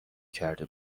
کرده